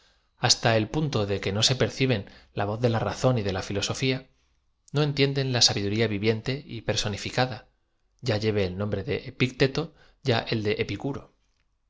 hasta el punto de que no perciben la v o z de la razón de la filoeofia no entienden la sabiduría vivien te personi flcada a lle v e el nombre de picteto a el de